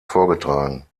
vorgetragen